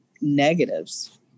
negatives